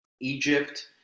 Egypt